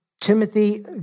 Timothy